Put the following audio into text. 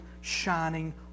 shining